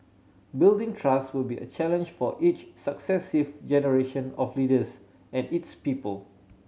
building trust would be a challenge for each successive generation of leaders and its people